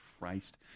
Christ